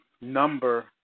number